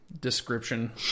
description